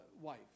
wife